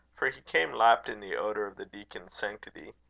for he came lapped in the odour of the deacon's sanctity.